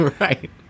Right